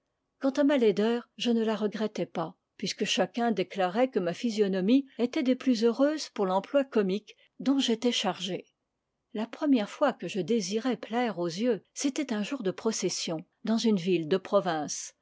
quant à ma laideur je ne la regrettais pas puisque chacun déclarait que ma physionomie était des plus heureuses pour l'emploi comique dont j'étais chargé la première fois que je désirai plaire aux yeux c'était un jour de procession dans une ville de province